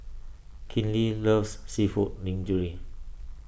Kinley loves Seafood Linguine